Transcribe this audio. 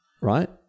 right